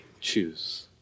choose